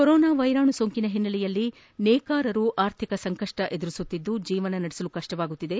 corona ವೈರಾಣು ಸೋಂಕಿನ ಹಿನ್ನೆ ಲೆಯಲ್ಲಿ ನೇಕಾರರು ಆರ್ಥಿಕ ಸಂಕಷ್ವ ಎದುರಿಸುತ್ತಿದ್ದು ಜೀವನ ನಡೆಸಲು ಕಡ್ವವಾಗುತ್ತಿದೆ